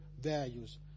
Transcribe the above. values